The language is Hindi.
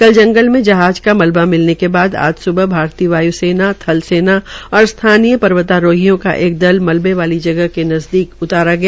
कल जंलग में जहाज का मलवा मिलने के बाद आज सुबह भारतीय वायुसेना थल सेना और स्थानीय पर्वतारोहियों का एक दल मलबे वाली जगह के नज़दीक उतारा गया